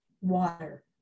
water